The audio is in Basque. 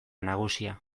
nagusia